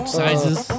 sizes